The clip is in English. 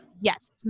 yes